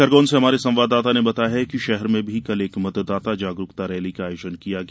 खरगोन से हमारे संवाददाता ने बताया है कि शहर में भी कल एक मतदाता जागरूकता रैली का आयोजन किया गया